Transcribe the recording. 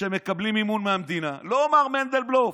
שמקבלים מימון מהמדינה, לא מר מנדלבלוף,